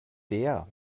der